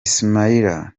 ismaila